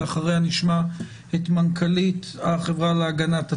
לאחריה נשמע את מנכ"לית החברה להגנת הטבע,